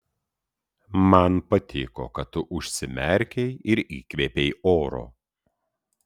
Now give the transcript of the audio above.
man patiko kad tu užsimerkei ir įkvėpei oro